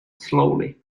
slowly